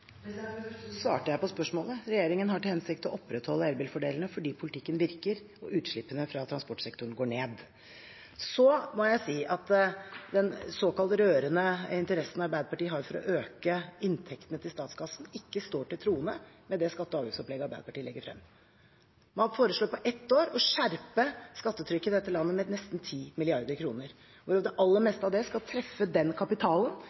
svarte jeg på spørsmålet. Regjeringen har til hensikt å opprettholde elbilfordelene fordi politikken virker og utslippene fra transportsektoren går ned. Så må jeg si at den såkalt rørende interessen Arbeiderpartiet har for å øke inntektene til statskassen, ikke står til troende med det skatte- og avgiftsopplegget Arbeiderpartiet legger frem. Man foreslår på ett år å skjerpe skattetrykket i dette landet med nesten 10 mrd. kr, og det aller meste av det skal treffe den kapitalen